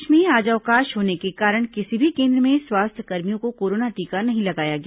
प्रदेश में आज अवकाश होने के कारण किसी भी केन्द्र में स्वास्थ्य कर्मियों को कोराना टीका नहीं लगाया गया